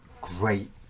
great